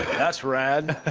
ah that's rad.